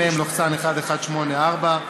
מ/1184,